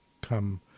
come